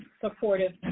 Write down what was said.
supportive